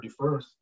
31st